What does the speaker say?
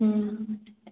ହୁଁ